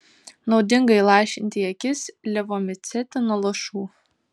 naudinga įlašinti į akis levomicetino lašų